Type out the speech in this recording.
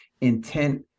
intent